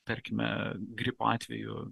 tarkime gripo atveju